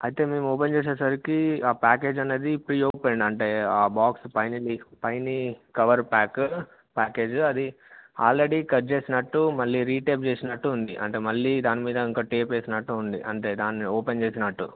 అయితే మేము ఓపెన్ చేసేసరికి ఆ ప్యాకేజ్ అనేది ప్రీ ఓపెన్డ్ అంటే ఆ బాక్స్ పైన పైన కవర్ ప్యాక్ ప్యాకేజ్ అది ఆల్రెడీ కట్ చేసినట్టు మళ్ళీ రీటేప్ చేసినట్టు ఉంది అంటే మళ్ళీ దాని మీద ఇంకా టేప్ వేసినట్టు ఉంది అంటే దాన్ని ఓపెన్ చేసినట్టు